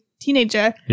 teenager